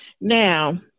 Now